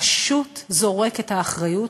פשוט זורק את האחריות,